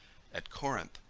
at corinth,